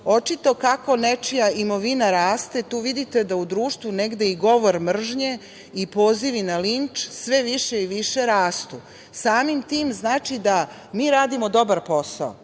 Očito kako nečija imovina raste, tu vidite da u društvu negde i govor mržnje i pozivi na linč sve više i više rastu. Samim tim znači da mi radimo dobar posao